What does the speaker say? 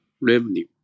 revenue